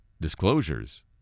disclosures